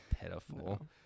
Pitiful